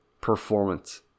performance